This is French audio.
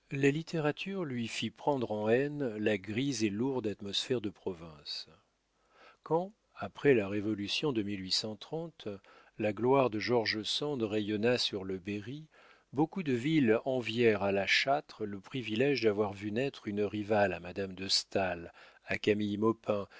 la littérature lui fit prendre en haine la grise et lourde atmosphère de province quand après la révolution de la gloire de george sand rayonna sur le berry beaucoup de villes envièrent à la châtre le privilége d'avoir vu naître une rivale à madame de staël à camille